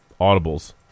audibles